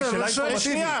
שאלה אינפורמטיבית.